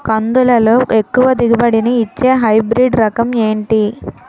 కందుల లో ఎక్కువ దిగుబడి ని ఇచ్చే హైబ్రిడ్ రకం ఏంటి?